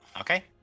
Okay